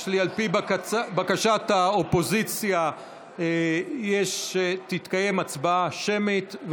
על פי בקשת האופוזיציה תתקיים הצבעה שמית,